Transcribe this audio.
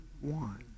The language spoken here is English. one